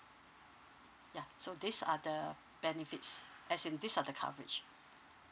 yeah so these are the benefits as in these are the coverage